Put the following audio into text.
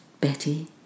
Betty